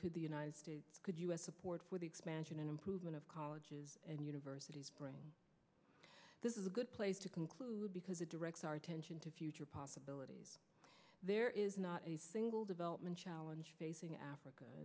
could the united states could us support for the expansion an improvement of colleges and universities this is a good place to conclude because the directs our attention to future possibilities there is not a single development challenge facing africa